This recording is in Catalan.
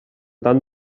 tant